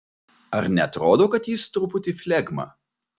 ar neatrodo kad jis truputį flegma